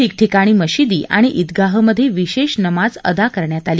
ठिकठिकाणी मशिदी आणि ईदगाह मधे विशेष नमाज अदा करण्यात आली